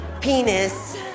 Penis